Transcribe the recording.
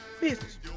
Business